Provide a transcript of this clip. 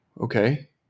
okay